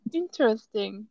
interesting